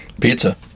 Pizza